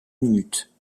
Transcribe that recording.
minute